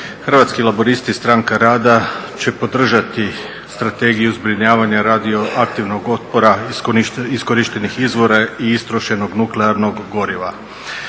Hrvatski laburisti stranka rada će podržati strategiju zbrinjavanja radioaktivnog otpada iz korištenih izvora i istrošenog nuklearnog goriva.